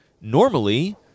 normally